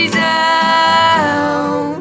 down